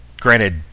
Granted